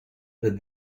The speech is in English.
but